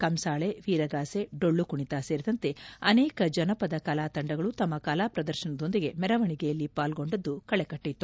ಕಂಸಾಳಿ ವೀರಗಾಸೆ ಡೊಳ್ಳುಕುಣಿತ ಸೇರಿದಂತೆ ಅನೇಕ ಜನಪದ ಕಲಾತಂಡಗಳು ತಮ್ಮ ಕಲಾ ಪ್ರದರ್ಶನದೊಂದಿಗೆ ಮೆರವಣಿಗೆಯಲ್ಲಿ ಪಾಲ್ಗೊಂಡದ್ದು ಕಳೆಕಟ್ಟಿತ್ತು